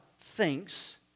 thinks